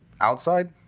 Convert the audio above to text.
outside